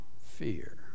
fear